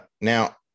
Now